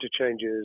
interchanges